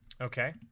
Okay